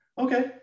okay